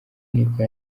niko